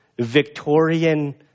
Victorian